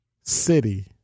city